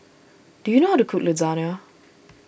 do you know how to cook Lasagna